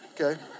Okay